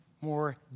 more